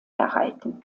erhalten